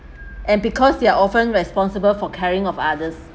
and because they are often responsible for caring of others